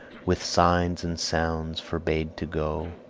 with signs and sounds forbade to go,